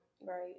Right